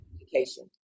education